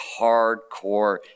hardcore